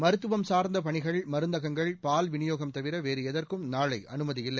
மருத்துவம் சார்ந்த பணிகள் மருந்தகங்கள் பால்விநியோகம் தவிர வேறு எதற்கும் நாளை அனுமதியில்லை